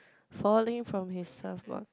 falling from his surfboard